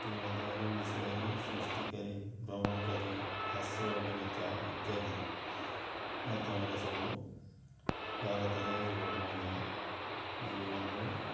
YouTube ମାଧ୍ୟମରେ ବିଷୟରେ ସୃଷ୍ଟିକାରୀ ଭ୍ରମଣକାରୀ ହାସ୍ୟ ଅଭିନେତା ଇତ୍ୟାଦି ମାଧ୍ୟମରେ ସବୁ ଭାରତରେ ଯୁବକମାନେ ଜୀବନରେ